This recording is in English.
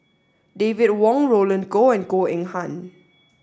David Wong Roland Goh and Goh Eng Han